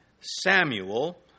Samuel